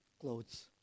clothes